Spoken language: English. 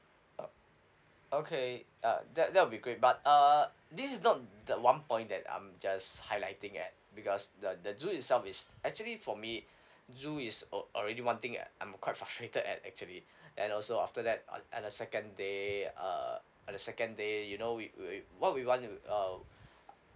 okay uh that that will be great but err this is not the one point that I'm just highlighting at because the the zoo itself is actually for me zoo is al~ already one thing I I'm quite frustrated at actually then also after that uh at the second day uh at the second day you know we we what we want to um